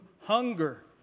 hunger